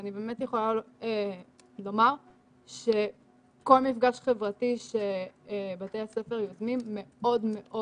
אני יכולה לומר שכל מפגש חברתי שבתי הספר יוזמים מאוד מאוד